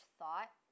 thought